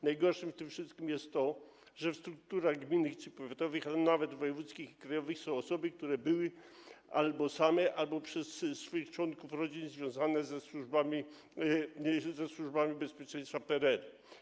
Najgorsze w tym wszystkim jest to, że w tych klubach gminnych czy powiatowych, ale nawet w wojewódzkich i krajowych są osoby, które były albo same, albo przez swoich członków rodzin związane ze służbami bezpieczeństwa PRL.